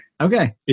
Okay